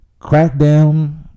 Crackdown